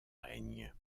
règne